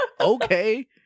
okay